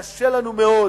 קשה לנו מאוד